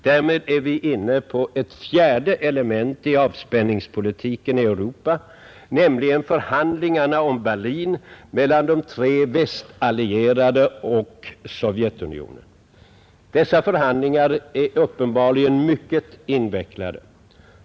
Därmed är vi inne på ett fjärde element i avspänningspolitiken i Europa, nämligen förhandlingarna om Berlin mellan de tre västallierade och Sovjetunionen. Dessa förhandlingar är uppenbarligen mycket invecklade.